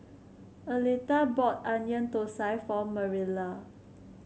Aletha bought Onion Thosai for Marilla